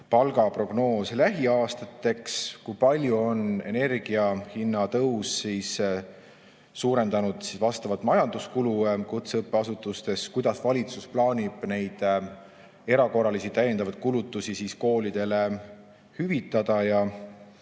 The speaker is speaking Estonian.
palga prognoos lähiaastateks? Kui palju on energiahinna tõus suurendanud majanduskulu kutseõppeasutustes? Kuidas valitsus plaanib neid erakorralisi täiendavaid kulutusi koolidele hüvitada? Ja